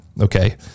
Okay